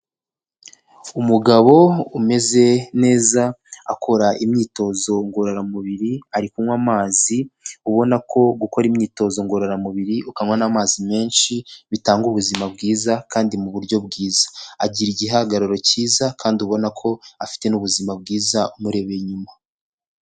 Umugabo umeze neza akora imyitozo ngororamubiri, ari kunywa amazi ubona ko gukora imyitozo ngororamubiri ukanywa n'amazi menshi, bitanga ubuzima bwiza kandi mu buryo bwiza. Agira igihagararo cyiza kandi ubona ko afite n'ubuzima bwiza umurebeye inyuma.